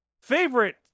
favorite